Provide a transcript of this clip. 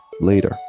later